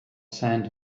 sand